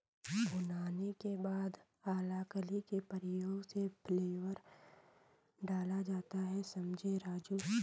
भुनाने के बाद अलाकली के प्रयोग से फ्लेवर डाला जाता हैं समझें राजु